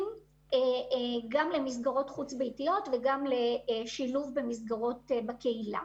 למסגרות חוץ ביתיות ולשילוב במסגרות בקהילה.